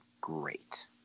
great